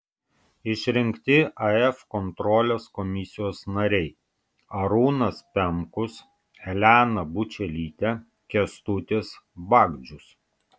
išrinkti af kontrolės komisijos nariai arūnas pemkus elena bučelytė kęstutis bagdžius